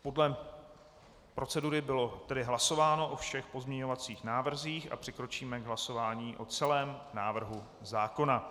Podle procedury bylo tedy hlasováno o všech pozměňovacích návrzích a přikročíme k hlasování o celém návrhu zákona.